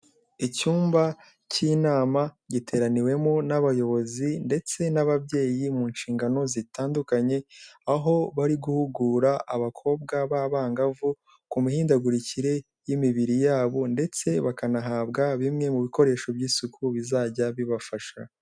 Icyumba cy'inama giteraniwemo n'abayobozi ndetse n'ababyeyi mu nshingano zitandukanye, aho bari guhugura abakobwa b'abangavu, ku mihindagurikire y'imibiri yabo ndetse bakanahabwa bimwe mu bikoresho by'isuku bizajya bibafasha.